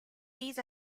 these